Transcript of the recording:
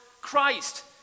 Christ